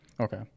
Okay